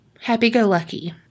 Happy-go-lucky